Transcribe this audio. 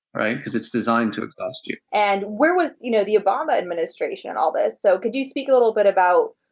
right? because it's designed to exhaust you. and where was, you know, the obama administration on this? so, could you speak a little bit about,